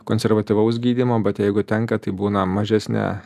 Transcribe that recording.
konservatyvaus gydymo bet jeigu tenka tai būna mažesnė